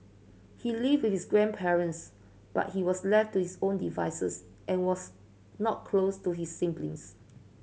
he lived with his grandparents but he was left to his own devices and was not close to his siblings